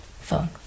phone